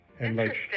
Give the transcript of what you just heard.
Interesting